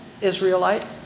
Israelite